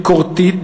ביקורתית,